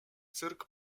cyrk